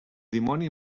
dimoni